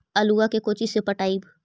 आलुआ के कोचि से पटाइए?